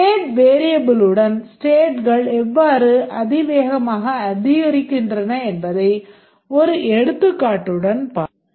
state வேரியபிலுடன் ஸ்டேட்கள் எவ்வாறு அதிவேகமாக அதிகரிக்கின்றன என்பதை ஒரு எடுத்துக்காட்டுடன் பார்ப்போம்